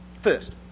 First